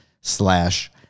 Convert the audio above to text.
slash